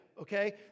Okay